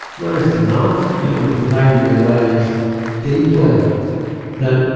now, it's not, you know, because i realize deeply that,